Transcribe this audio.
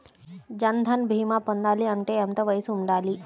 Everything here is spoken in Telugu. జన్ధన్ భీమా పొందాలి అంటే ఎంత వయసు ఉండాలి?